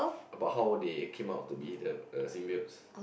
about how they came out to be the a Sim builds